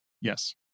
Yes